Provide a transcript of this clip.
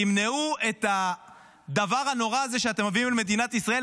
תמנעו את הדבר הנורא הזה שאתם מביאים על מדינת ישראל,